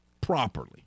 properly